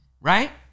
right